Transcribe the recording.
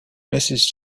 mrs